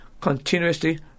continuously